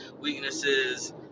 weaknesses